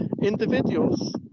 Individuals